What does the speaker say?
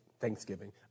Thanksgiving